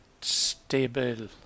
Stable